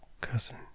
cousin